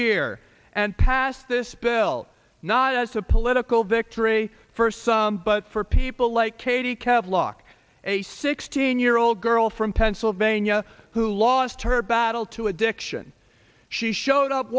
year and pass this bill not as a political victory for some but for people like katie cav locke a sixteen year old girl from pennsylvania who lost her battle to addiction she showed up